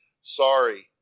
Sorry